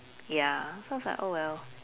ya so I was like oh well